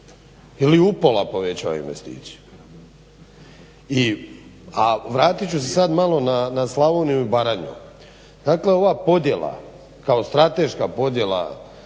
ili upola povećava investiciju. A vratiti ću se sad malo na Slavoniju i Baranju. Dakle, ova podjela kao strateška podjela